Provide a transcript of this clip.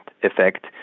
Effect